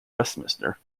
westminster